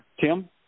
Tim